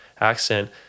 accent